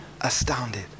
astounded